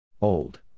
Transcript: Old